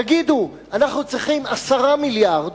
תגידו: אנחנו צריכים 10 מיליארד.